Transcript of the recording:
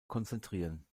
konzentrieren